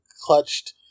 clutched